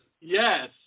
Yes